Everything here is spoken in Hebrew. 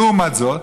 לעומת זאת,